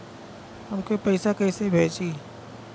हमके पैसा कइसे भेजी?